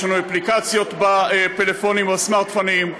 יש לנו אפליקציות בפלאפונים ובסמארטפונים,